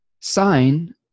sign